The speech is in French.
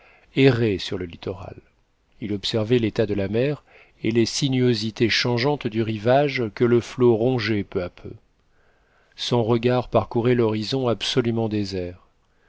errait sur le littoral il observait l'état de la mer et les sinuosités changeantes du rivage que le flot rongeait peu à peu son regard parcourait l'horizon absolument désert